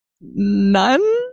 None